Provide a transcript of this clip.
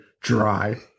dry